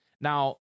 Now